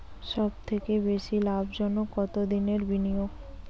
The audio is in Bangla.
সবথেকে বেশি লাভজনক কতদিনের বিনিয়োগ?